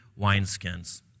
wineskins